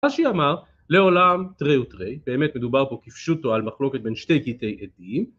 אז שהיא אמר לעולם תראה ותראה באמת מדובר פה כפשוטו על מחלוקת בין שתי קטעי עדיים